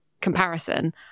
comparison